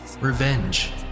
revenge